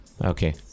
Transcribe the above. Okay